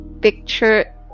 picture